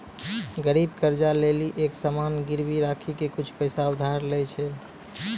गरीब कर्जा ले लेली एक सामान गिरबी राखी के कुछु पैसा उधार लै छै